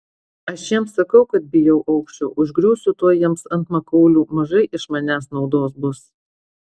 aš jiems sakau kad bijau aukščio užgriūsiu tuoj tiems ant makaulių mažai iš manęs naudos bus